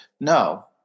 no